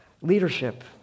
leadership